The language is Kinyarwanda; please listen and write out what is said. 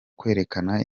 kwerekana